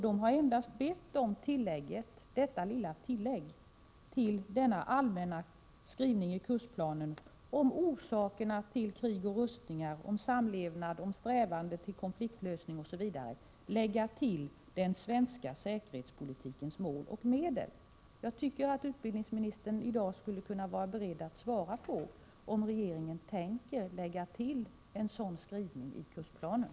De har endast bett om detta lilla tillägg om den svenska säkerhetspolitikens mål och medel till denna allmänna skrivning i kursplanen om orsakerna till krig och rustningar, samlevnad, strävanden efter konfliktlösning, osv. Jag tycker att utbildningsministern i dag skulle vara beredd att svara på om regeringen tänker lägga till en sådan skrivning i kursplanen.